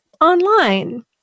online